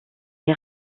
les